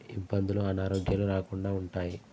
ఇబ్బందులు అనారోగ్యాలు రాకుండా ఉంటాయి